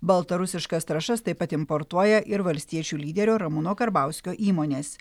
baltarusiškas trąšas taip pat importuoja ir valstiečių lyderio ramūno karbauskio įmonės